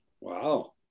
Wow